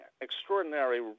extraordinary